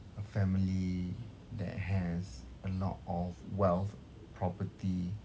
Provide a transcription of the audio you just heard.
a family that has a lot of wealth property